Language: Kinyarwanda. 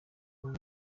w’u